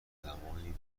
زمانیکه